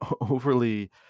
overly